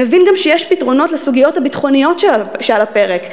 נבין גם שיש פתרונות לסוגיות הביטחוניות שעל הפרק,